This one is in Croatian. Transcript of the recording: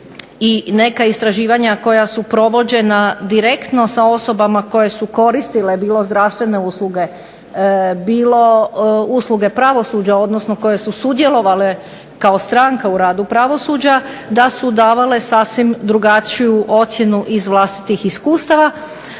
i neka istraživanja koja su provođena direktno sa osobama koje su koristile bilo zdravstvene usluge, bilo usluge pravosuđa, odnosno koje su sudjelovale kao stranka u radu pravosuđa da su davale sasvim drugačiju ocjenu iz vlastitih iskustava.